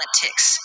politics